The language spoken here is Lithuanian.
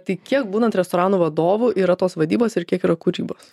tai kiek būnant restorano vadovu yra tos vadybos ir kiek yra kūrybos